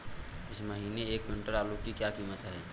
इस महीने एक क्विंटल आलू की क्या कीमत है?